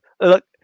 look